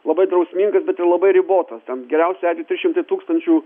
labai drausmingas bet ir labai ribotos ten geriausiu atveju trys šimtai tūkstančių